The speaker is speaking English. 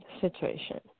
Situation